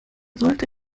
sollte